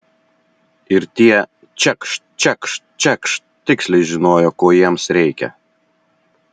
ir tie čekšt čekšt čekšt tiksliai žinojo ko jiems reikia